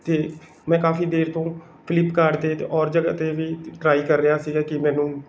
ਅਤੇ ਮੈਂ ਕਾਫ਼ੀ ਦੇਰ ਤੋਂ ਫਲਿਪਕਾਟ 'ਤੇ ਅੋਰ ਜਗ੍ਹਾ 'ਤੇ ਵੀ ਟਰਾਈ ਕਰ ਰਿਹਾ ਸੀਗਾ ਕਿ ਮੈਨੂੰ